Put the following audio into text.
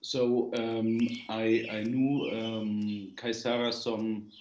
so i know kay sara some,